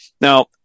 Now